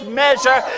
measure